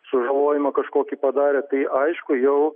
sužalojimą kažkokį padarė tai aišku jau